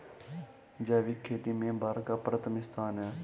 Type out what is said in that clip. जैविक खेती में भारत का प्रथम स्थान है